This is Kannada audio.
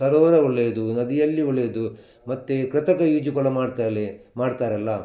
ಸರೋರವ ಒಳ್ಳೆಯದು ನದಿಯಲ್ಲಿ ಒಳ್ಳೆಯದು ಮತ್ತೆ ಕೃತಕ ಈಜುಕೊಳ ಮಾಡ್ತಾರೆ ಮಾಡ್ತಾರಲ್ಲ